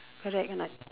correct or not